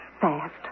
Fast